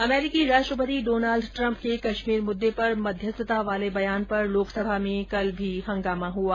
अमेरीकी राष्ट्रपति Donald Trump के कश्मीर मुद्दे पर मध्यस्थता वाले बयान पर लोकसभा में कल भी हंगामा हुआ